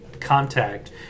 contact